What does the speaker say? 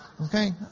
Okay